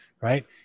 right